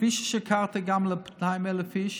כפי ששיקרת ל-200,000 איש